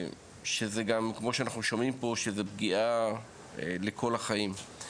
שזה גם כמו שאנחנו שומעים פה, פגיעה לכל החיים.